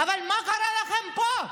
אבל מה קרה לכם פה?